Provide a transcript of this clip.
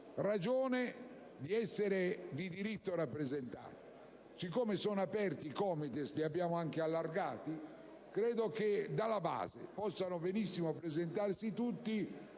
ragione di essere di diritto rappresentati. Siccome sono aperti i COMITES (li abbiamo anche allargati), credo che dalla base possano benissimo presentarsi tutti,